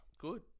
Good